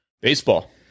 Baseball